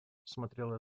смотрела